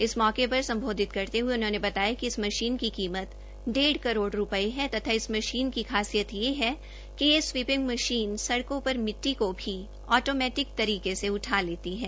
इस मौके पर संबोधित करते हुए उन्होंने बताया कि इस मशीन की कीमत डेढ़ करोड़ रुपए है तथा इस मशीन की खासियत यह है कि यह स्वीपिंग मशीन सडकों पर मिद्दी को भी ऑटोमेटिक तरीके से उठा लेती है